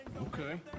Okay